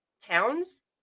towns